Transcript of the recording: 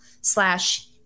slash